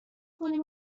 کنیم